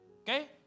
Okay